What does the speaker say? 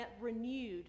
renewed